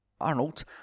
Arnold